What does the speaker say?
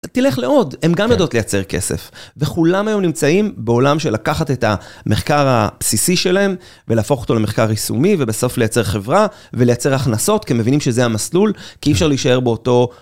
תלך לעוד, הם גם יודעות לייצר כסף וכולם היום נמצאים בעולם של לקחת את המחקר הבסיסי שלהם ולהפוך אותו למחקר יישומי ובסוף לייצר חברה ולייצר הכנסות כי הם מבינים שזה המסלול כי אי אפשר להישאר באותו